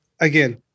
again